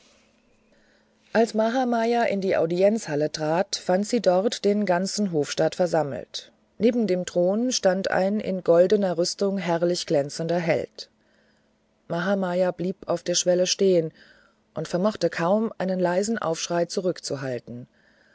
als mahamaya in die audienzhalle trat fand sie dort den ganzen hofstaat versammelt neben dem thron stand ein in goldener rüstung herrlich glänzender held mahamaya blieb auf der schwelle stehen und vermochte kaum einen leisen aufschrei zurückzuhalten